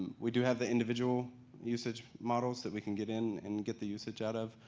we do have the individual usage models that we can get in and get the usage out of,